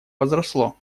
возросло